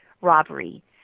robbery